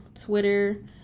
twitter